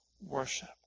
worship